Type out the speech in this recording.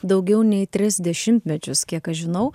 daugiau nei tris dešimtmečius kiek aš žinau